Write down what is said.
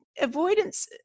Avoidance